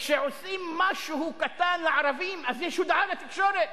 וכשעושים משהו קטן לערבים אז יש הודעה בתקשורת.